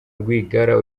rwigara